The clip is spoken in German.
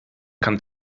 kann